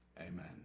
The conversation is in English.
Amen